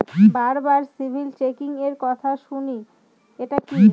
বারবার সিবিল চেকিংএর কথা শুনি এটা কি?